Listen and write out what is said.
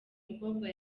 mukobwa